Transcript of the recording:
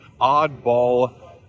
oddball